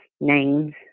names